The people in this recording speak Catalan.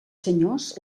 senyors